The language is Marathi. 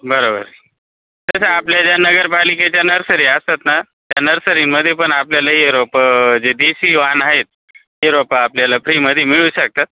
बरोबर तसं आपल्या ज्या नगरपालिकेच्या नर्सरी असतात ना त्या नर्सरींमध्ये पण आपल्याला हे रोपं जे डी सी वान आहेत ते रोपं आपल्याला फ्रीमध्ये मिळू शकतात